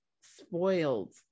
spoiled